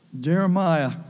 Jeremiah